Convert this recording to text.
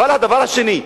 אבל הדבר השני,